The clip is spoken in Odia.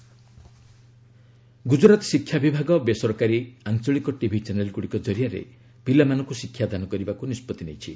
ଗୁଜରାତ କରୋନା ଗୁଜରାତ ଶିକ୍ଷା ବିଭାଗ ବେସରକାରୀ ଆଞ୍ଚଳିକ ଟିଭି ଚ୍ୟାନେଲ୍ଗୁଡ଼ିକ ଜରିଆରେ ପିଲାମାନଙ୍କୁ ଶିକ୍ଷାଦାନ କରିବାକୁ ନିଷ୍ପତ୍ତି ନେଇଛି